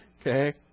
Okay